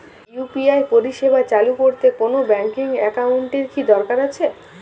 UPI পরিষেবা চালু করতে কোন ব্যকিং একাউন্ট এর কি দরকার আছে?